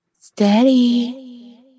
steady